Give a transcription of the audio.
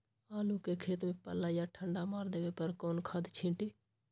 आलू के खेत में पल्ला या ठंडा मार देवे पर कौन खाद छींटी?